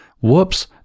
Whoops